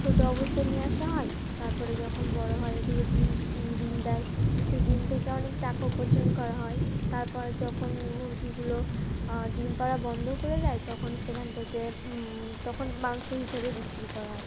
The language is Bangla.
ছোটো অবস্থায় নিয়ে আসা হয় তারপরে যখন বড়ো হয় ওগুলো ডিম ডিম দেয় সেই ডিম থেকে অনেক টাকা উপার্জন করা হয় তারপর যখন মুরগিগুলো ডিম পাড়া বন্ধ করে দেয় তখন সেখান থেকে তখন মাংস হিসেবে বিক্রি করা হয়